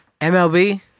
MLB